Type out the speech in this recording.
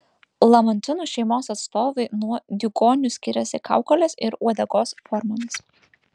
lamantinų šeimos atstovai nuo diugonių skiriasi kaukolės ir uodegos formomis